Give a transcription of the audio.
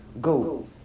Go